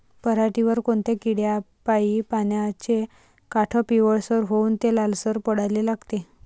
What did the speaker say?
पऱ्हाटीवर कोनत्या किड्यापाई पानाचे काठं पिवळसर होऊन ते लालसर पडाले लागते?